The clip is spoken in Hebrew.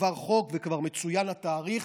שעבר חוק וכבר מצוין התאריך,